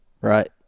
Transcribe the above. right